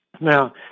Now